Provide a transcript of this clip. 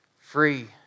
free